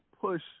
push